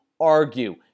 argue